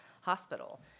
hospital